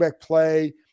play